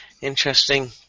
interesting